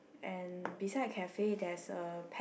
and beside cafe there's a pet